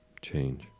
change